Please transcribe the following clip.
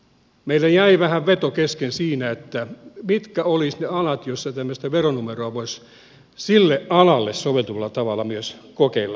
meillä jäi vähän veto kesken siinä mitkä olisivat ne alat joissa tämmöistä veronumeroa voisi sille alalle soveltuvalla tavalla myös kokeilla